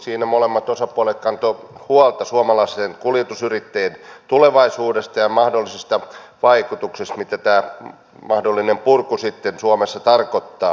siinä molemmat osapuolet kantoivat huolta suomalaisten kuljetusyrittäjien tulevaisuudesta ja niistä mahdollisista vaikutuksista mitä tämä mahdollinen purku sitten suomessa tarkoittaa